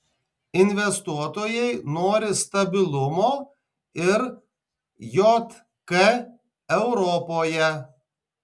investuotojai nori stabilumo ir jk europoje